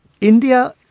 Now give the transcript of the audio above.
India